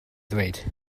ddweud